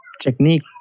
technique